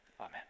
Amen